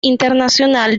internacional